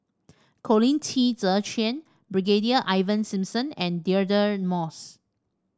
Colin Qi Zhe Quan Brigadier Ivan Simson and Deirdre Moss